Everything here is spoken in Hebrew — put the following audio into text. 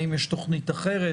האם יש תוכנית אחרת?